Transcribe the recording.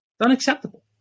unacceptable